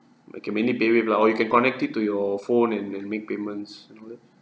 okay mainly paywave lah or you can connect it to your phone and and make payments and all that